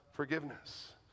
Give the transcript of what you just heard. Forgiveness